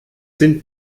sind